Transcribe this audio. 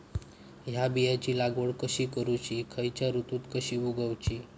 हया बियाची लागवड कशी करूची खैयच्य ऋतुत कशी उगउची?